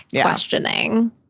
questioning